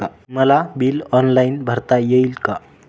मला bill online भरता येईल का?